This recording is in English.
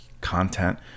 content